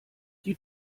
die